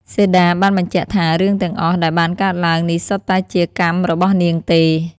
សីតាបានបញ្ជាក់ថារឿងទាំងអស់ដែលបានកើតឡើង នេះសុទ្ធតែជាកម្មរបស់នាងទេ។